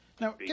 Now